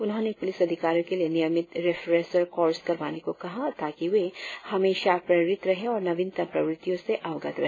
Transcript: उन्होंने पुलिस अधिकारियों के लिए नियमित रिफरेसर कोर्स करवाने को कहा ताकि वे हमेशा प्रेरित रहे और नवीनतम प्रवृत्तियों से अवगत रहे